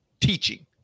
teaching